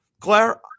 Claire